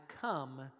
come